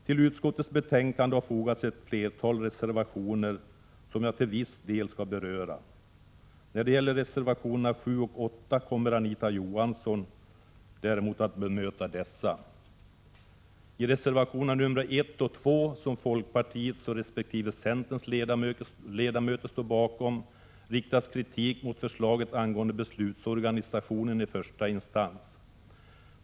Till utskottets betänkande har fogats ett flertal reservationer, som jag till viss del skall beröra. Reservationerna 7 och 8 kommer Anita Johansson att behandla. I reservationerna nr 1 och 2, som folkpartiets resp. centerns ledamöter står bakom, riktas kritik mot förslaget till beslutsorganisationen i första instans.